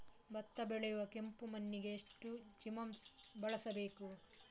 ಭತ್ತ ಬೆಳೆಯುವ ಕೆಂಪು ಮಣ್ಣಿಗೆ ಎಷ್ಟು ಜಿಪ್ಸಮ್ ಬಳಸಬೇಕು?